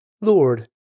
Lord